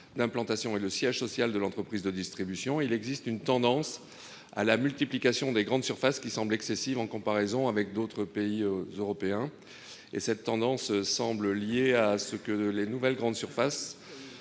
d'implantation et le siège social de l'entreprise de distribution, et on assiste à une tendance à la multiplication des grandes surfaces qui semble excessive en comparaison avec d'autres pays européens. Cette tendance semble liée au fait que les nouvelles grandes surfaces